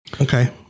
Okay